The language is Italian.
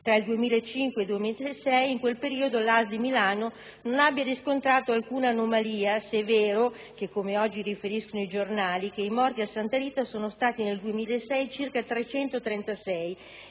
tra il 2005 e il 2006, in quel periodo la ASL di Milano non abbia riscontrato alcuna anomalia, se è vero, come oggi riferiscono i giornali, che i morti al Santa Rita sono stati nel 2006 circa 336